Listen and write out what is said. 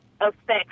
effects